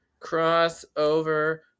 Crossover